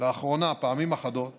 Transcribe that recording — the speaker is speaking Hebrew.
לאחרונה פעמים אחדות